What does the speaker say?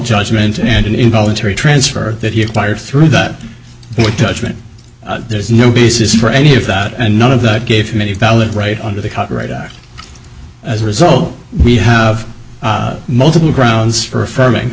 judgment and an involuntary transfer that he acquired through that with dutchman there is no basis for any of that and none of that gave many valid right under the copyright act as a result we have multiple grounds for affirming